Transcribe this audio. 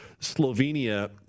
Slovenia